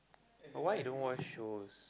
but why you don't watch shows